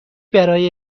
برای